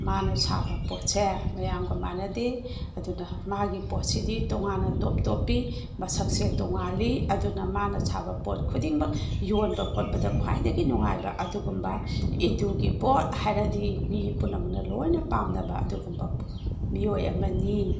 ꯃꯥꯅ ꯁꯥꯕ ꯄꯣꯠꯁꯦ ꯃꯌꯥꯝꯒ ꯃꯥꯟꯅꯗꯦ ꯑꯗꯨꯅ ꯃꯥꯒꯤ ꯄꯣꯠꯁꯤꯗꯤ ꯇꯣꯉꯥꯟꯅ ꯇꯣꯞ ꯇꯣꯞꯄꯤ ꯃꯁꯛꯁꯦ ꯇꯣꯉꯥꯜꯂꯤ ꯑꯗꯨꯅ ꯃꯥꯅ ꯁꯥꯕ ꯄꯣꯠ ꯈꯨꯗꯤꯡꯃꯛ ꯌꯣꯟꯕ ꯈꯣꯠꯄꯗ ꯈ꯭ꯋꯥꯏꯗꯒꯤ ꯅꯨꯡꯉꯥꯏꯕ ꯑꯗꯨꯒꯨꯝꯕ ꯏꯟꯗꯨꯒꯤ ꯄꯣꯠ ꯍꯥꯏꯔꯗꯤ ꯃꯤ ꯄꯨꯝꯅꯃꯛꯅ ꯂꯣꯏꯅ ꯄꯥꯝꯅꯕ ꯑꯗꯨꯒꯨꯝꯕ ꯃꯤꯑꯣꯏ ꯑꯃꯅꯤ